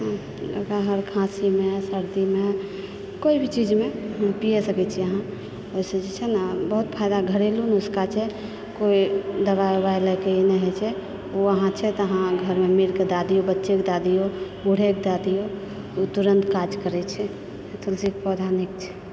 ओकरा हर खाँसीमे सर्दीमे कोइ भी चीजमे पिअ सकैत छी अहाँ ओहिसँ जे छै न बहुत फायदा घरेलू नुस्खा छै कोइ दवाइ ववाइ नहि लैके इ नहि होय छै ओ अगर छै तऽ अहाँ मिरके दय दिऔ बच्चाके दय दिऔ बूढ़के दय दिऔ ओ तुरन्त काज करैत छै तुलसीके पौधा निक छै